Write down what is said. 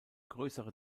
größere